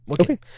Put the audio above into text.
Okay